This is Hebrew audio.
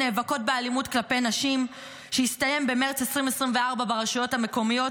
נאבקות באלימות כלפי נשים שהסתיים במרץ 2024 ברשויות המקומיות